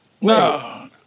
No